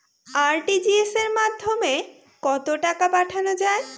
RTGS এর মাধ্যমে কত টাকা পাঠানো যায়?